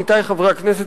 עמיתי חברי הכנסת,